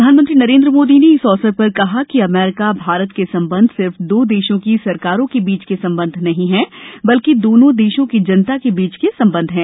प्रधानमंत्री नरेन्द्र मोदी ने इस अवसर पर कहा कि अमेरिका भारत के संबंध सिर्फ दो देशों की सरकारों के बीच के संबंध नहीं हैं बल्कि दोनों देशों की जनता के बीच के संबंध है